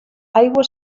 aigua